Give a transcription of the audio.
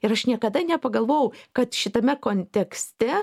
ir aš niekada nepagalvojau kad šitame kontekste